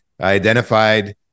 identified